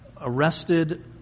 arrested